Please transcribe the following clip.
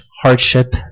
hardship